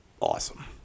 Awesome